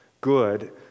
good